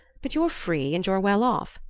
but you're free and you're well-off.